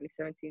2017